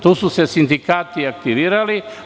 Tu su se sindikati aktivirali.